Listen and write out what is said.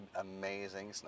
Amazing